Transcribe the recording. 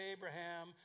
Abraham